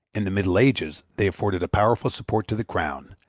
in the middle ages they afforded a powerful support to the crown,